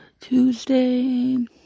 Tuesday